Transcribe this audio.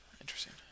Interesting